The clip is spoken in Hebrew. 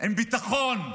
עם ביטחון.